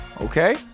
okay